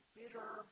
bitter